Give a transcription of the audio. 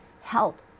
help